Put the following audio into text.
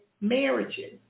marriages